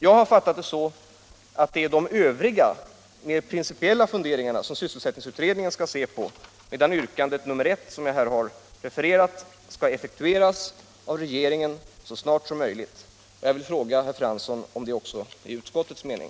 Jag har fattat det så att det politiken Arbetsmarknadspolitiken är de övriga, mer principiella funderingarna som sysselsättningsutredningen skall se på, medan yrkandet nr 1, som jag här har refererat, skall effektueras av regeringen så snart som möjligt. Jag vill fråga herr Fransson om det också är utskottets mening.